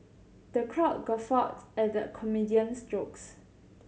the crowd guffawed at the comedian's jokes